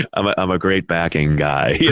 um ah i'm a great backing guy, yeah